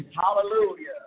Hallelujah